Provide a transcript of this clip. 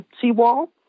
seawall